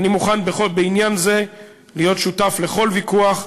אני מוכן בעניין זה להיות שותף לכל ויכוח,